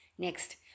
Next